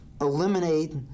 eliminate